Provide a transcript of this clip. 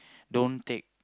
don't take